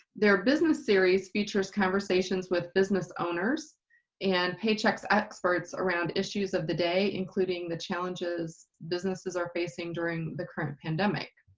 their business series features conversations with business owners and paychex experts around issues of the day including the challenges businesses are facing during the current pandemic.